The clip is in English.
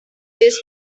this